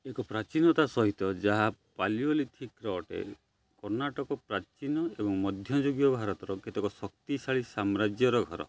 ଏକ ପ୍ରାଚୀନତା ସହିତ ଯାହା ପାଲିଓଲିଥିକ୍ର ଅଟେ କର୍ଣ୍ଣାଟକ ପ୍ରାଚୀନ ଏବଂ ମଧ୍ୟଯୁଗୀୟ ଭାରତର କେତେକ ଶକ୍ତିଶାଳୀ ସାମ୍ରାଜ୍ୟର ଘର